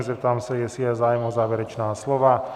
Zeptám se, jestli je zájem o závěrečná slova.